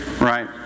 Right